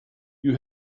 you